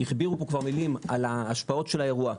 הכבירו פה כבר מילים על ההשפעות של האירוע,